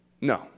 No